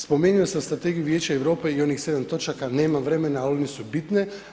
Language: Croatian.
Spominjao sam Strategiju Vijeće Europe i onih 7 točaka, nemam vremena, a one su bitne.